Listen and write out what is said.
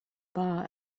bar